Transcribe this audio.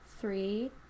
three